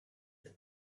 huit